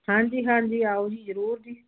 ਹਾਂਜੀ ਹਾਂਜੀ ਆਓ ਜੀ ਜ਼ਰੂਰ ਜੀ